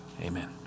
amen